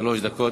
שלוש דקות.